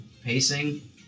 pacing